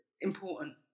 important